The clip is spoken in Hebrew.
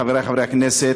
חברי חברי הכנסת,